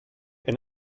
and